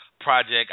project